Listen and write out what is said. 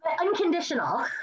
Unconditional